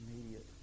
immediate